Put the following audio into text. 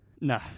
No